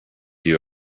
you